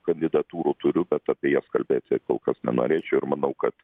kandidatūrų turiu bet apie jas kalbėti kol kas nenorėčiau ir manau kad